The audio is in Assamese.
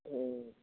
উম